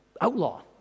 outlaw